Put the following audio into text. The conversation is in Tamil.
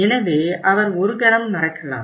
எனவே அவர் ஒரு கணம் மறக்கலாம்